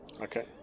Okay